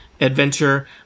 adventure